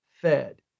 fed